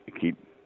keep